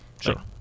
Sure